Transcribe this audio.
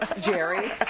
Jerry